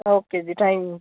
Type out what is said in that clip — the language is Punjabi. ਓਕੇ ਜੀ ਥੈਂਕ